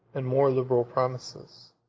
and more liberal promises.